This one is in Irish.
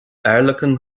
airleacain